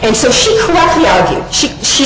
and so she she she